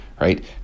right